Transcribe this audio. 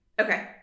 Okay